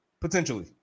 Potentially